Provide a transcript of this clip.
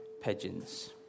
pigeons